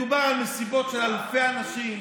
מדובר על מסיבות של אלפי אנשים,